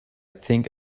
think